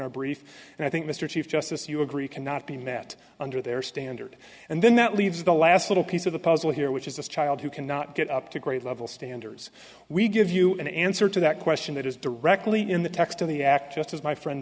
our brief and i think mr chief justice you agree cannot be met under their standard and then that leaves the last little piece of the puzzle here which is a child who cannot get up to grade level standards we give you an answer to that question that is directly in the text of the act just as my friend